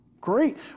Great